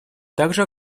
также